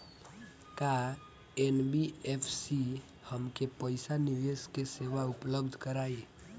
का एन.बी.एफ.सी हमके पईसा निवेश के सेवा उपलब्ध कराई?